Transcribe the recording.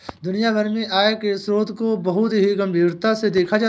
दुनिया भर में आय के स्रोतों को बहुत ही गम्भीरता से देखा जाता है